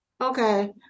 okay